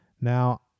Now